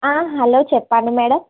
ఆ హలో చెప్పండి మేడం